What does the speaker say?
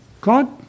God